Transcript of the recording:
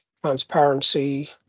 transparency